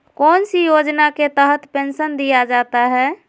कौन सी योजना के तहत पेंसन दिया जाता है?